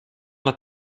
dat